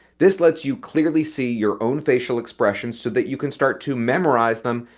this lets you clearly see your own facial expressions so that you can start to memorize them,